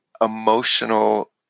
emotional